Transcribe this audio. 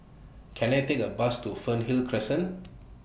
Can I Take A Bus to Fernhill Crescent